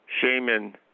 shaman